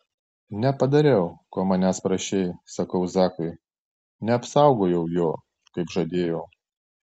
nepadariau ko manęs prašei sakau zakui neapsaugojau jo kaip žadėjau